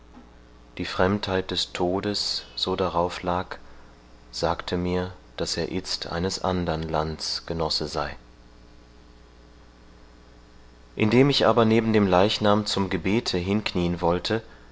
die fremdheit des todes so darauf lag sagte mir daß er itzt eines andern lands genosse sei indem ich aber neben dem leichnam zum gebete hinknien wollte